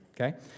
Okay